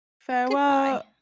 Farewell